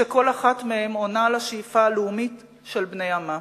שכל אחת מהן עונה על השאיפה הלאומית של בני עמה.